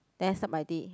then I start my day